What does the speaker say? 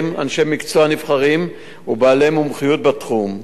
אנשי מקצוע נבחרים ובעלי מומחיות בתחום.